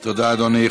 תודה, אדוני.